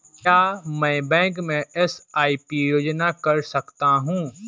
क्या मैं बैंक में एस.आई.पी योजना कर सकता हूँ?